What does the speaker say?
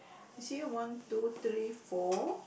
you see ah one two three four